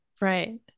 Right